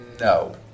No